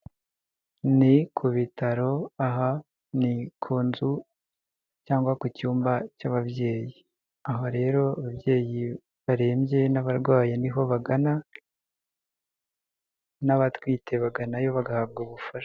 Ni ku bitaro, aha ni ku nzu cyangwa ku cyumba cy'ababyeyi, aho rero ababyeyi barembye n'abarwayi niho bagana, n'abatwite baganayo bagahabwa ubufasha.